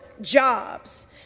jobs